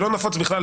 זה לא נפוץ בכלל,